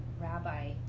rabbi